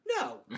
No